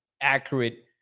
accurate